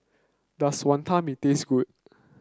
does Wantan Mee taste good